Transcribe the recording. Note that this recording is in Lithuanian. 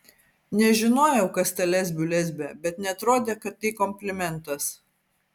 nežinojau kas ta lesbių lesbė bet neatrodė kad tai komplimentas